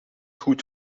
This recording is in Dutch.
goed